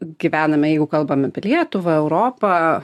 gyvename jeigu kalbam apie lietuvą europą